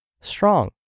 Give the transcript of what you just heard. strong